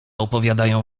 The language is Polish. opowiadają